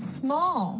small